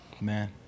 man